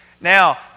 Now